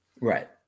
Right